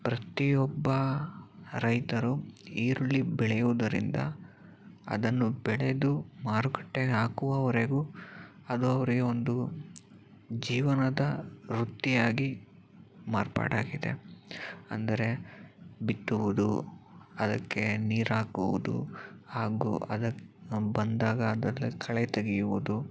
ಪ್ರತಿಯೊಬ್ಬ ರೈತರೂ ಈರುಳ್ಳಿ ಬೆಳೆಯುವುದರಿಂದ ಅದನ್ನು ಬೆಳೆದು ಮಾರುಕಟ್ಟೆ ಹಾಕುವವರೆಗೂ ಅದು ಅವರಿಗೆ ಒಂದು ಜೀವನದ ವೃತ್ತಿಯಾಗಿ ಮಾರ್ಪಾಡಾಗಿದೆ ಅಂದರೆ ಬಿತ್ತುವುದು ಅದಕ್ಕೆ ನೀರು ಹಾಕೋದು ಹಾಗು ಅದು ಬಂದಾಗ ಅದರಲ್ಲಿ ಕಳೆ ತೆಗಿಯುವುದು